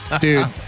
dude